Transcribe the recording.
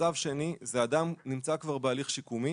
מצב שני הוא אדם שנמצא כבר בהליך שיקומי